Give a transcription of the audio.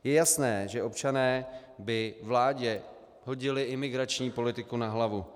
Je jasné, že občané by vládě hodili imigrační politiku na hlavu.